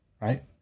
right